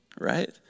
right